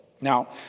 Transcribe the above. Now